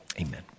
Amen